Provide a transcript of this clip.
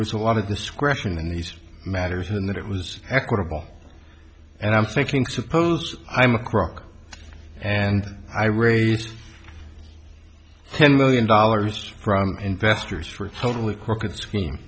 was a lot of discretion in these matters and that it was equitable and i'm thinking suppose i'm a crook and i raised ten million dollars from investors for a totally crooked s